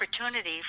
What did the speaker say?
opportunity